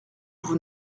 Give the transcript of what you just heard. vous